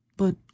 But